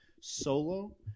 solo